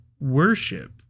worship